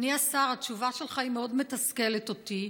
אדוני השר, התשובה שלך מאוד מתסכלת אותי.